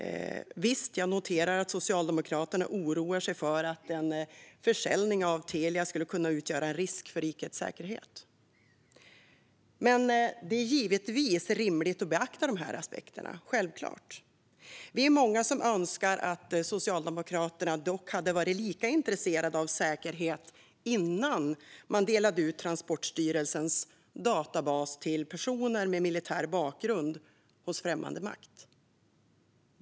Visst, jag noterar att Socialdemokraterna oroar sig för att en försäljning av Telia skulle kunna utgöra en risk för rikets säkerhet. Det är givetvis rimligt att beakta de här aspekterna. Vi är dock många som önskar att Socialdemokraterna hade varit lika intresserade av säkerhet innan man delade ut Transportstyrelsens databas till personer med militär bakgrund hos främmande makt.